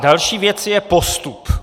Další věc je postup.